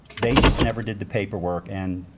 they just never did the paperwork, and